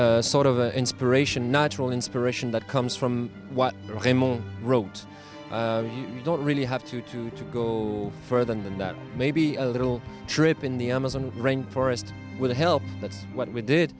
a sort of inspiration natural inspiration that comes from what you wrote you don't really have to to to go further than that maybe a little trip in the amazon rainforest with the help that's what we did